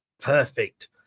Perfect